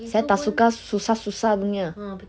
saya tak suka susah susah punya